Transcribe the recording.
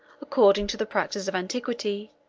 according to the practice of antiquity,